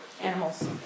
animals